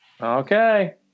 Okay